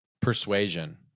persuasion